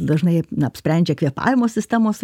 dažnai na apsprendžia kvėpavimo sistemos